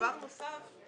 דבר נוסף שהוא